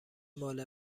مال